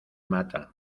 mata